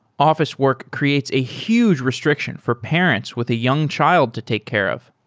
office work create a huge restriction for parents with a young child to take care of.